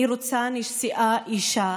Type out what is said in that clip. אני רוצה נשיאה אישה,